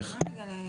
אפשר?